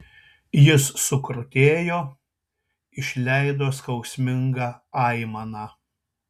jis sukrutėjo išleido skausmingą aimaną